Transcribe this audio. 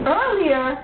earlier